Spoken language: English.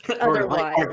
Otherwise